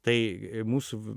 tai mūsų